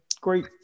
great